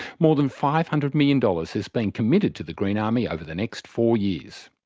more than five hundred million dollars has been committed to the green army over the next four years.